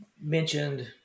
mentioned